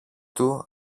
του